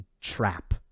trap